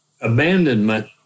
abandonment